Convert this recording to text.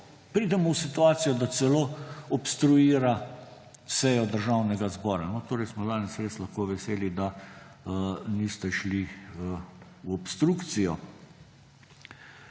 pridemo v situacijo, da celo obstruira sejo Državnega zbora. Torej smo lahko veseli, da niste šli v obstrukcijo.